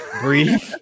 Breathe